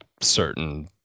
certain